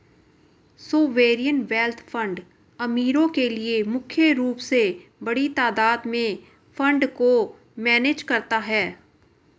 sovereign wealth fund अमीरो के लिए मुख्य रूप से बड़ी तादात में फंड को मैनेज करता है